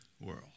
world